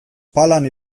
palan